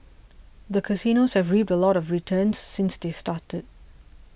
the casinos have reaped a lot of returns since they started